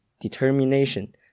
determination